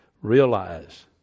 realize